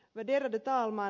ärade talman